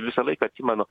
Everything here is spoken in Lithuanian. visąlaik atsimenu